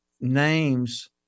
names